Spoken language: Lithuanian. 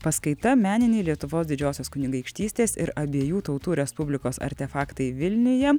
paskaita meninė lietuvos didžiosios kunigaikštystės ir abiejų tautų respublikos artefaktai vilniuje